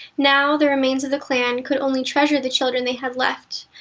now, the remains of the clan could only treasure the children they had left,